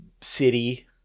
city